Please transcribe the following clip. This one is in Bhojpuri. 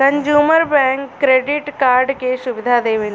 कंजूमर बैंक क्रेडिट कार्ड के सुविधा देवेला